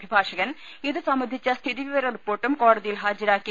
അഭിഭാഷകൻ ഇതുസംബന്ധിച്ച സ്ഥിതി വിവര റിപ്പോർട്ടും കോട തിയിൽ ഹാജരാക്കി